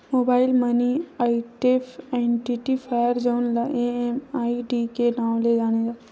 mobile money identifier जउन ल MMID के नांव ले जाने जाथे